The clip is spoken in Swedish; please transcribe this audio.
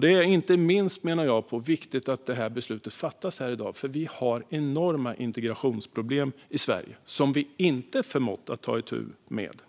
Det är, menar jag, viktigt att detta beslut fattas här i dag, inte minst för att vi har enorma integrationsproblem i Sverige, som vi inte förmått att ta itu med.